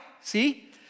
see